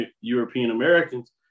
European-Americans